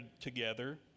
together